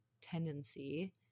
tendency